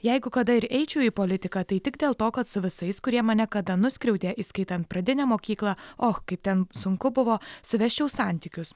jeigu kada ir eičiau į politiką tai tik dėl to kad su visais kurie mane kada nuskriaudė įskaitant pradinę mokyklą o kaip ten sunku buvo suvesčiau santykius